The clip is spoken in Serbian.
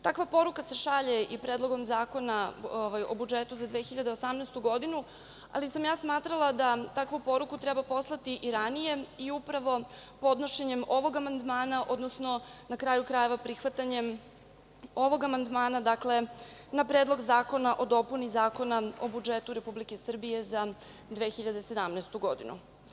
Takva poruka se šalje i Predlogom zakona o budžetu za 2018. godinu, ali sam ja smatrala da takvu poruku treba poslati i ranije i upravo podnošenjem ovog amandmana, odnosno na kraju krajeva, prihvatanjem ovog amandmana, na Predlog zakona o dopuni Zakona o budžetu Republike Srbije za 2017. godinu.